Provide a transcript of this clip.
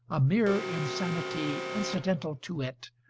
a mere insanity incidental to it,